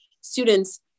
students